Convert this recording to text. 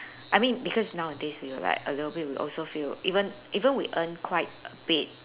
I mean because nowadays we'll like a little bit also we also feel even even we earn quite a bit